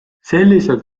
selliselt